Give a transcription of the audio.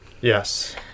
Yes